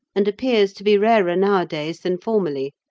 and appears to be rarer nowadays than formerly.